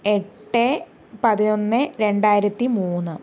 എട്ട് പതിനൊന്ന് രണ്ടായിരത്തി മൂന്ന്